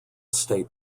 state